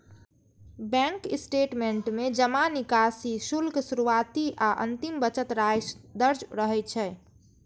bank statement में जमा, निकासी, शुल्क, शुरुआती आ अंतिम बचत राशि दर्ज रहै छै